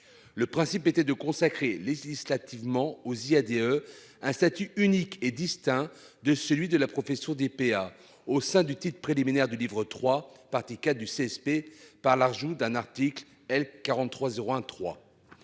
Le principe était de consacrer législatives ment aux IADE un statut unique et distinct de celui de la profession DPA. Au sein du Titre préliminaire du livre 3 partis du CSP par l'ajout d'un article L. 43 01 3.